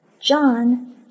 John